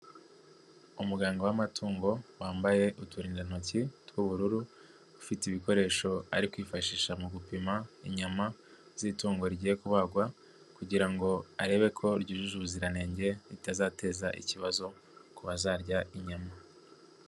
Umuganga w'amatungo wambaye uturindantoki tw'ubururu, ufite ibikoresho ari kwifashisha mu gupima inyama z'itungo rigiye kubagwa kugira ngo arebe ko ryujuje ubuziranenge ritazateza ikibazo ku bazarya inyama.